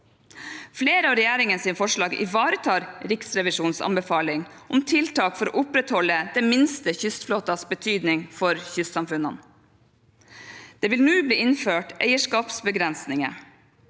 Flere av regjeringens forslag ivaretar Riksrevisjonens anbefaling om tiltak for å opprettholde den minste kystflåtens betydning for kystsamfunnene. Det vil nå bli innført eierskapsbegrensninger.